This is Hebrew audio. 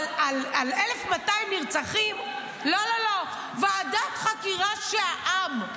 אבל על 1,200 נרצחים, לא, לא, ועדת חקירה של העם.